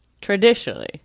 traditionally